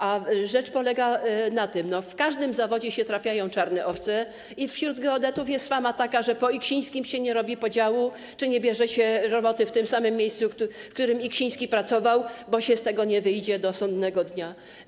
A sprawa polega na tym, że w każdym zawodzie się trafiają czarne owce i zdarza się, że wśród geodetów jest fama taka, że po Iksińskim się nie robi podziału czy nie bierze się roboty w tym samym miejscu, w którym Iksiński pracował, bo się z tego nie wyjdzie do sądnego dnia.